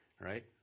right